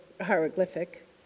hieroglyphic